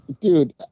Dude